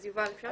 אז יובל, אפשר?